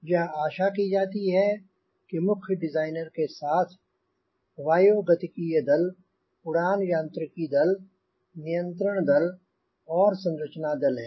यह आशा की जाती है कि मुख्य डिज़ाइनर के साथ वायु गतिकीय दल उड़ान यांत्रिकी दल नियंत्रण दल और संरचना दल है